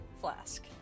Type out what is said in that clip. flask